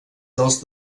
dels